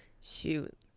Shoot